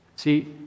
See